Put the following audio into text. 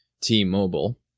T-Mobile